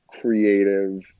creative